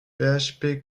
php